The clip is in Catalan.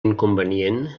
inconvenient